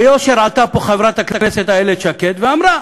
ביושר עלתה פה חברת הכנסת איילת שקד ואמרה: